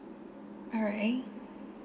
alright